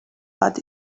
but